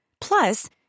Plus